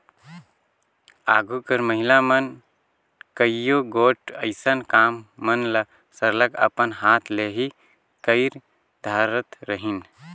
आघु कर महिला मन कइयो गोट अइसन काम मन ल सरलग अपन हाथ ले ही कइर धारत रहिन